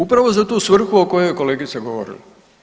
Upravo za tu svrhu o kojoj je kolegica govorila.